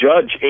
judge